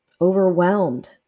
overwhelmed